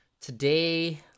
today